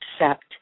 accept